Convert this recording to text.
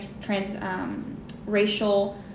trans-racial